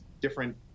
different